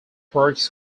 works